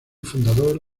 fundador